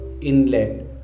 inlet